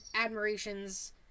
admirations